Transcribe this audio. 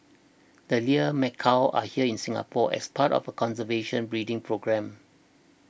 the Lear's macaws are here in Singapore as part of a conservation breeding programme